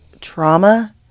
trauma